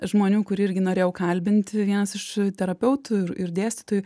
žmonių kur irgi norėjau kalbinti vienas iš terapeutų ir ir dėstytojų